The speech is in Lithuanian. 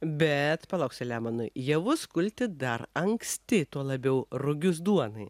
bet palauk seliamonai javus kulti dar anksti tuo labiau rugius duonai